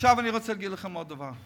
עכשיו אני רוצה להגיד לכם עוד דבר.